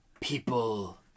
People